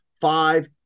five